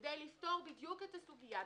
כדי לפתור בדיוק את הסוגיה,